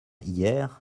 hier